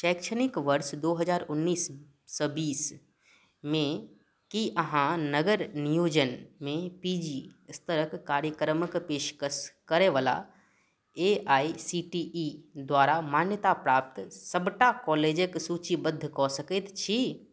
शैक्षणिक वर्ष दुइ हजार उनैस सओ बीसमे कि अहाँ नगर नियोजनमे पी जी स्तरके कार्यक्रमके पेशकश करैवला A I C T E द्वारा मान्यताप्राप्त सबटा कॉलेजके सूचीबद्ध कऽ सकै छी